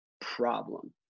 problem